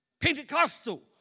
Pentecostal